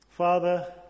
Father